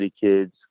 kids